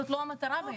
זו לא המטרה בעיניי.